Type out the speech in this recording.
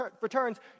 returns